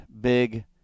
big